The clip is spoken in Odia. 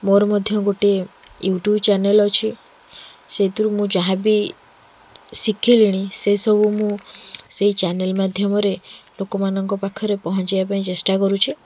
ମୋର ମଧ୍ୟ ଗୋଟେ ୟୁଟ୍ୟୁବ୍ ଚ୍ୟାନେଲ୍ ଅଛି ସେଇଥିରୁ ମୁଁ ଯାହାବି ଶିଖିଲିଣି ସେସବୁ ମୁଁ ସେଇ ଚ୍ୟାନେଲ୍ ମାଧ୍ୟମରେ ଲୋକମାନଙ୍କ ପାଖରେ ପହଞ୍ଚାଇବା ପାଇଁ ଚେଷ୍ଟା କରୁଛି